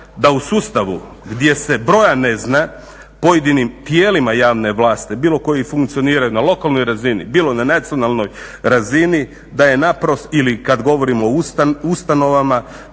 da u sustavu gdje se broja ne zna pojedinim tijelima javne vlasti, bilo koje funkcioniraju na lokalnoj razini, bilo na nacionalnoj razini ili kad govorimo o ustanovama,